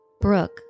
Brooke